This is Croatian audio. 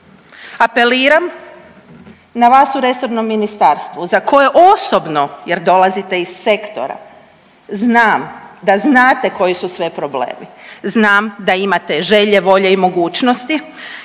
apeliram na vas u resornom ministarstvu za koje osobno jer dolazite iz sektora znam da znate koji su sve problemi, znam da imate želje, volje i mogućnosti